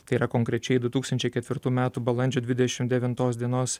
kai yra konkrečiai du tūkstančiai ketvirtų metų balandžio dvidešim devintos dienos